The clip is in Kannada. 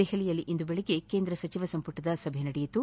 ದೆಹಲಿಯಲ್ಲಿ ಇಂದು ಬೆಳಿಗ್ಗೆ ಕೇಂದ್ರ ಸಚಿವ ಸಂಪುಟದ ಸಭೆ ನಡೆಯಿತು